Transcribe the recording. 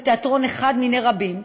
בתיאטרון אחד מני רבים,